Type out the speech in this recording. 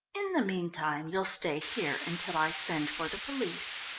in the meantime you'll stay here until i send for the police.